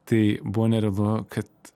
tai buvo nerealu kad